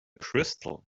crystal